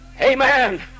Amen